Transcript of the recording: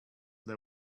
they